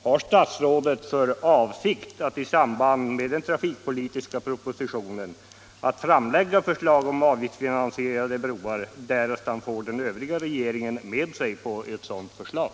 Har statsrådet för avsikt att i samband med den trafikpolitiska propositionen framlägga förslag om avgiftsfinansierade broar, därest den övriga delen av regeringen går med på ett sådant förslag?